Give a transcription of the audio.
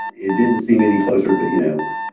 it didn't seem any closer, but you know,